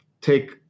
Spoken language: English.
take